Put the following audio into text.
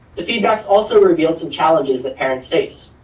the feedbacks also revealed some challenges that parents face,